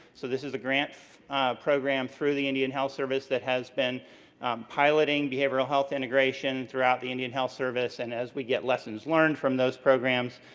so, this is a grant program through the indian health service that has been piloting behavioral health integration throughout the indian health services. and as we get lessons learned from those programs,